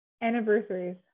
Anniversaries